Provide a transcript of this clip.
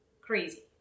crazy